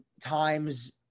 times